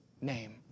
name